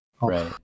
Right